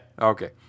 okay